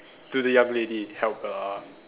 to the young lady help her ah